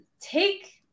take